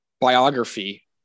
biography